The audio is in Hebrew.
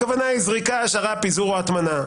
הכוונה היא זריקה, השארה, פיזור, הטמנה.